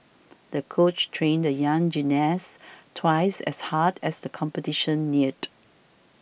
the coach trained the young gymnast twice as hard as the competition neared